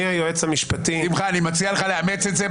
אני מציע לך לאמץ את זה,